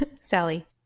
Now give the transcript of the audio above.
sally